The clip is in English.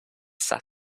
sat